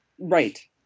Right